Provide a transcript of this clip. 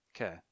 Okay